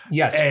yes